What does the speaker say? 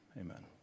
Amen